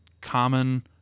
common